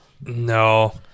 No